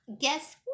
Guess